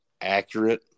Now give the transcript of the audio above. accurate